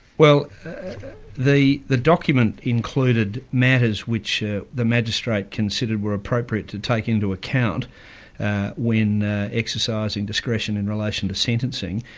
well the the document included matters which ah the magistrate considered were appropriate to take into account when exercising discretion in relation to sentencing,